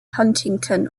huntingdon